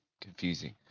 confusing